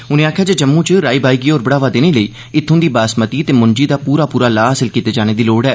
उनें आखेआ जे जम्मू च राई बाई गी होर बढ़ावा देने लेई इत्थुं दी बासमती ते मुंजी दा पूरा पूरा लाह् हासल कीते जाने दी लोड़ ऐ